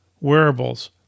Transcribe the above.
wearables